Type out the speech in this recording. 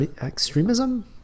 extremism